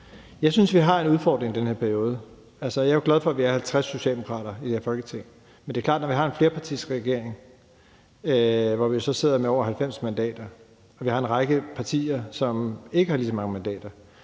Jeg synes, at vi har en udfordring i den her periode. Altså, jeg er jo glad for, at vi er 50 socialdemokrater i det her Folketing, men det er klart, at når vi har en flerpartiregering med over 90 mandater og vi har en række partier, som ikke har lige så mange mandater,